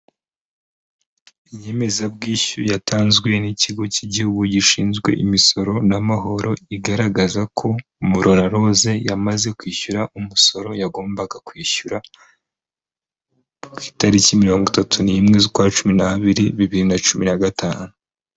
Inyemezabwishyu yatanzwe n'Ikigo k'igihugu gishinzwe Imisoro n'Amahoro igaragaza ko, Murora Rose yamaze kwishyura umusoro yagombaga kwishyura, ku itariki mirongo itatu nimwe z'ukwa Cumi n'abiri bibiri nacumi na gatanu.